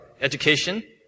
education